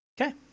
Okay